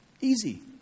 Easy